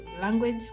language